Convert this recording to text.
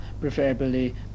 preferably